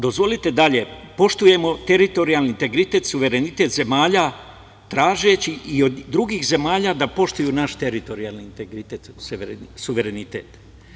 Dozvolite dalje, poštujemo teritorijalni integritet i suverenitet zemalja, tražeći i od drugih zemalja da poštuju naš teritorijalni integritet i suverenitet.